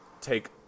take